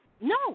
no